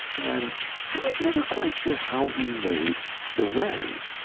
and i was never quite sure how he made the rent,